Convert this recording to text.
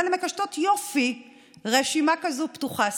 אבל הן מקשטות יופי רשימה כזו פתוחה.